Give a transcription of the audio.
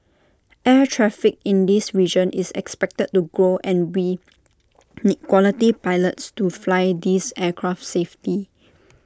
air traffic in this region is expected to grow and we need quality pilots to fly these aircraft safely